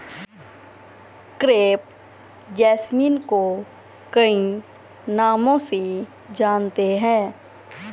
crepe jasmine को कई नामों से जानते हैं